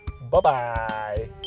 Bye-bye